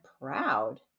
proud